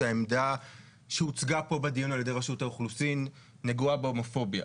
שהעמדה שהוצגה פה בדיון על ידי רשות האוכלוסין נגועה בהומופוביה.